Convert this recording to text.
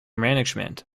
management